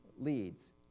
leads